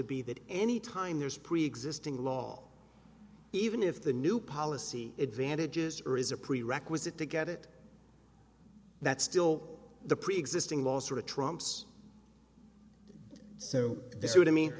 to be that anytime there's preexisting law even if the new policy advantages or is a prerequisite to get it that's still the preexisting law sort of trumps so this is what i mean